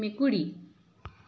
মেকুৰী